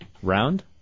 Round